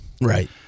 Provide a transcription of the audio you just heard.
right